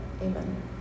Amen